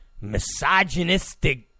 misogynistic